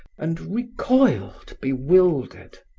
and recoiled bewildered.